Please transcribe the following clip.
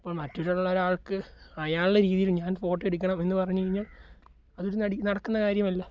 അപ്പോൾ മറ്റൊരാൾക്ക് അയാളുടെ രീതിയിൽ ഞാൻ ഫോട്ടോ എടുക്കണം എന്നു പറഞ്ഞ് കഴിഞ്ഞാൽ അതൊരു നടക്കുന്ന കാര്യമല്ല